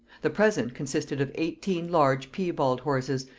the present consisted of eighteen large piebald horses,